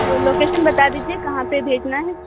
تو لوکیشن بتا دیجیے کہاں پہ بھیجنا ہے